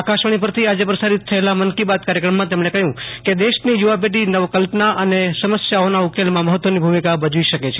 આકાશવાણીપરથી આજે પ્રસારિત થયેલા મન કી બાત કાર્યક્રમમાં તેમણે કહ્યું કે દેશની યુવા પેઢી નવકલ્પના અનેસમસ્યાઓના ઉકેલમાં મહત્વની ભૂમિકા ભજવી શકે છે